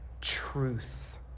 truth